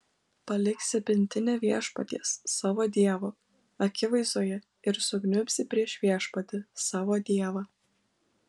paliksi pintinę viešpaties savo dievo akivaizdoje ir sukniubsi prieš viešpatį savo dievą